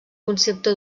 concepte